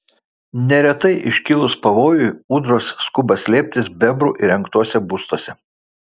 neretai iškilus pavojui ūdros skuba slėptis bebrų įrengtuose būstuose